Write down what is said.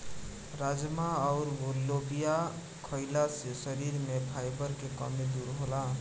राजमा अउर लोबिया खईला से शरीर में फाइबर के कमी दूर होला